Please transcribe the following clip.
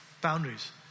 Boundaries